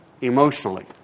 emotionally